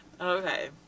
Okay